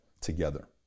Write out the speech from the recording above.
together